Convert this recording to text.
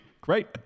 great